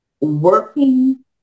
working